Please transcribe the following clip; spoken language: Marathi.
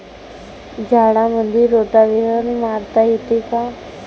झाडामंदी रोटावेटर मारता येतो काय?